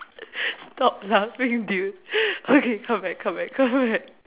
stop laughing dude okay come back come back come back